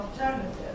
alternative